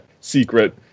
secret